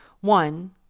One